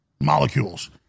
molecules